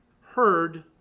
heard